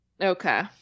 okay